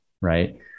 right